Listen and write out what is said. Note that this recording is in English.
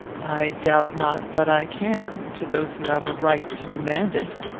i doubt not but i can to those who have a right to demand it.